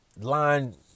Line